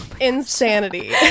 insanity